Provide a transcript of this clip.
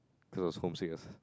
cause I was homesick